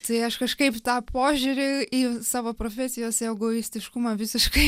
tai aš kažkaip tą požiūrį į savo profesijos egoistiškumą visiškai